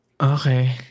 Okay